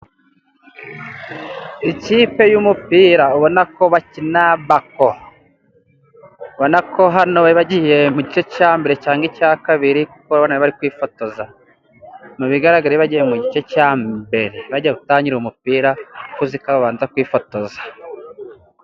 Ikipe y'umupira, ubona ko bakina bako, ubonako hano baribagiye mugice cya mbere cyangwa icya kabiri kuko baribari kwifotoza, mu bigaragara bari bagiye mu gice cya mbere, bagiye gutangira umupira uziko babanza kwifotoza.